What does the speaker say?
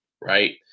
right